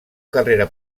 carrera